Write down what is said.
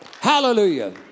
hallelujah